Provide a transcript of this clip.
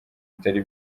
atari